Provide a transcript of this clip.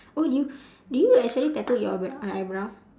oh did you did you actually tattooed your br~ eyebrow